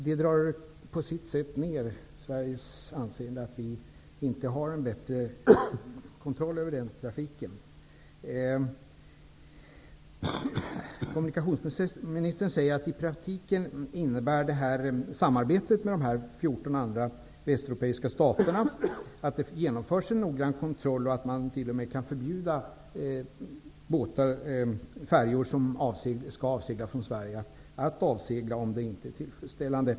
Det drar ned Sveriges anseende att vi inte har bättre kontroll över denna trafik. Kommunikationsministern säger att samarbetet med de 14 andra västeuropeiska staterna i praktiken innebär att det genomförs en noggrann kontroll och att man t.o.m. kan förbjuda färjor som skall avsegla från Sverige att göra det, om säkerheten inte är tillfredsställande.